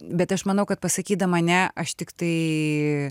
bet aš manau kad pasakydama ne aš tik tai